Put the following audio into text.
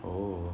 oh